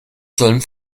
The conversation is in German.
sollen